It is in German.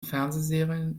fernsehserien